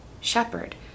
shepherd